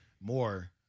more